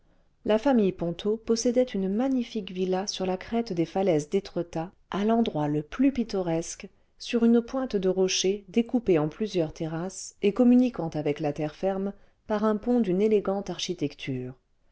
la famille ponto possédait une magnifique villa sur la crête des falaises d'étretat à l'endroit le plus pittoresque sur une pointe de rochers découpée en plusieurs terrasses et communiquant avec la terre ferme par un poht cl une élégante architecture